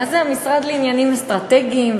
מה זה המשרד לעניינים אסטרטגיים?